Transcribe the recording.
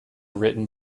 written